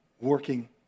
working